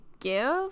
give